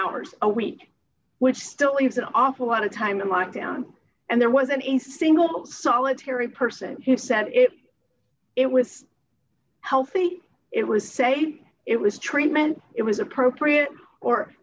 hours a week which still leaves an awful lot of time to mark down and there was an in single solitary person who said it it was healthy it was safe it was treatment it was appropriate or